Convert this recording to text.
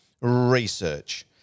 research